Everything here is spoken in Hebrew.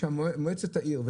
שמועצת העיר,